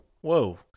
whoa